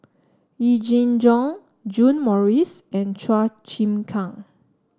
Yee Jenn Jong John Morrice and Chua Chim Kang